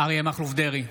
אריה מכלוף דרעי,